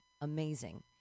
Amazing